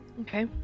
Okay